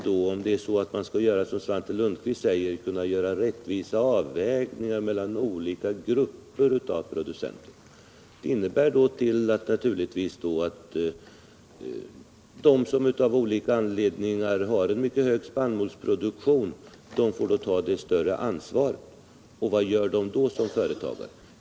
89 Om man, som Svante Lundkvist säger, skall kunna göra rättvisa avvägningar mellan olika grupper av producenter, blir naturligtvis följden att de som av olika anledningar har en mycket hög spannmålsproduktion får ta ett större ansvar. Men vad gör de då som företagare?